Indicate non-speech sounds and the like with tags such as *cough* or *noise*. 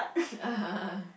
*laughs*